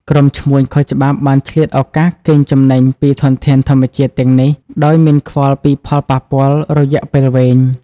ក្រុមឈ្មួញខុសច្បាប់បានឆ្លៀតឱកាសកេងចំណេញពីធនធានធម្មជាតិទាំងនេះ ដោយមិនខ្វល់ពីផលប៉ះពាល់រយៈពេលវែង។